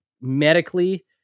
medically